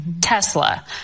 Tesla